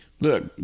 Look